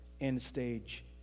end-stage